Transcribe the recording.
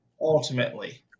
ultimately